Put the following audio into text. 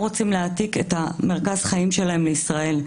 רוצים להעתיק את מרכז החיים שלהם לישראל.